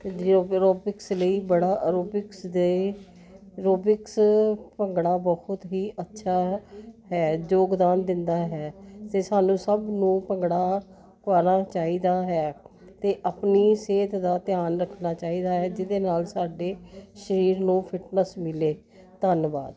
ਯੋਗ ਆਰੋਬਿਕਸ ਲਈ ਬੜਾ ਆਰੋਬਿਕਸ ਦੇ ਐਰੋਬਿਕਸ ਭੰਗੜਾ ਬਹੁਤ ਹੀ ਅੱਛਾ ਅ ਹੈ ਯੋਗਦਾਨ ਦਿੰਦਾ ਹੈ ਅਤੇ ਸਾਨੂੰ ਸਭ ਨੂੰ ਭੰਗੜਾ ਪਾਉਣਾ ਚਾਹੀਦਾ ਹੈ ਅਤੇ ਆਪਣੀ ਸਿਹਤ ਦਾ ਧਿਆਨ ਰੱਖਣਾ ਚਾਹੀਦਾ ਹੈ ਜਿਹਦੇ ਨਾਲ ਸਾਡੇ ਸਰੀਰ ਨੂੰ ਫਿਟਨਸ ਮਿਲੇ ਧੰਨਵਾਦ